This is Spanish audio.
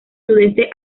sudeste